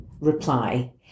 reply